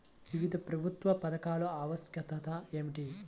వివిధ ప్రభుత్వ పథకాల ఆవశ్యకత ఏమిటీ?